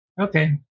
Okay